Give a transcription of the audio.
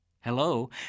Hello